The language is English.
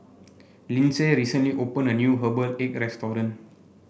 Lyndsey recently opened a new Herbal Egg restaurant